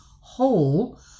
whole